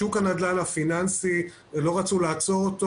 שוק הנדל"ן הפיננסי לא רצו לעצור אותו